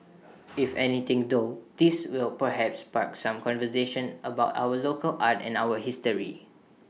if anything though this will perhaps spark some conversations about our local art and our history